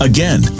Again